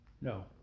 no